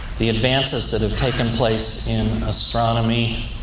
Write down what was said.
the advances that have taken place in astronomy,